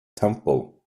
temple